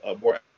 more